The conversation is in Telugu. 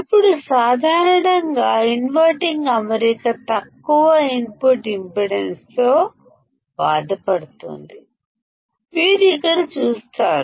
ఇప్పుడు సాధారణంగా ఇన్వర్టింగ్ అమరిక కి తక్కువ ఇన్పుట్ ఇంపిడెన్స్ సమస్య మీరు ఇక్కడ చూస్తారు